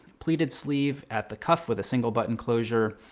pleated sleeve at the cuff with a single button closure.